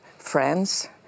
friends